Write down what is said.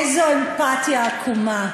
איזו אמפתיה עקומה.